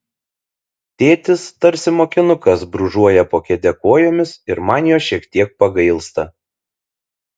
tėtis tarsi mokinukas brūžuoja po kėde kojomis ir man jo šiek tiek pagailsta